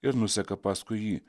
ir nuseka paskui jį